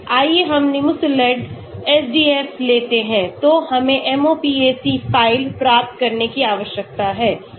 आइए हम Nimesulide SDF लेते हैं तो हमें MOPACफ़ाइल प्राप्त करने की आवश्यकता है